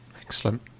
Excellent